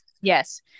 Yes